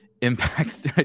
impacts